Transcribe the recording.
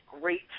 great